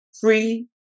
free